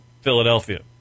Philadelphia